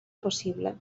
possible